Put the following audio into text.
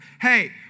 hey